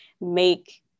make